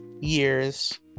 years